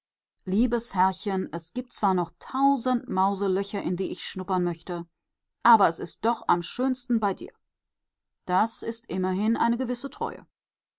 liebes herrchen es gibt zwar noch tausend mauselöcher in die ich schnuppern möchte aber es ist doch am schönsten bei dir das ist immerhin eine gewisse treue